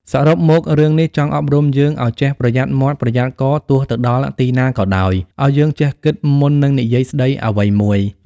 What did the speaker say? សរុបមករឿងនេះចង់អប់រំយើង ឲ្យចេះប្រយ័ត្នមាត់ប្រយ័ត្នករទោះទៅដល់ទីណាក៏ដោយ ឲ្យយើងចេះគិតមុននឹងនិយាយស្ដីអ្វីមួយ។